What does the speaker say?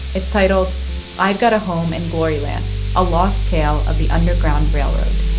it's titled i've got a home in glory land a lost tale of the underground railroad.